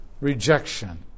rejection